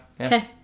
Okay